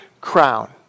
crown